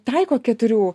taiko keturių